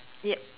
yup